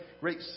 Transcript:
great